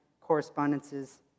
correspondences